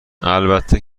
البته